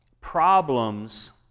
problems